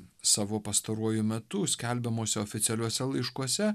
savo pastaruoju metu skelbiamuose oficialiuose laiškuose